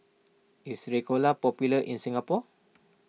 is Ricola popular in Singapore